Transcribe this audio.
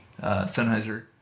Sennheiser